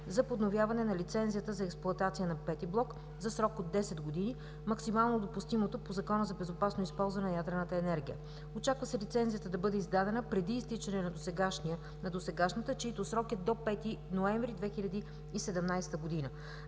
за подновяване на лицензията за експлоатация на V-ти блок за срок от десет години, максимално допустимото по Закона за безопасно използване на ядрената енергия. Очаква се лицензията да бъде издадена преди изтичане на досегашните, чиито срок е до 5 ноември 2017 г.